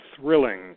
thrilling